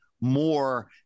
more